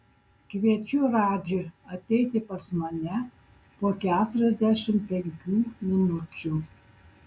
kviečiu radžį ateiti pas mane po keturiasdešimt penkių minučių